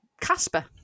casper